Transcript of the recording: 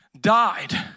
died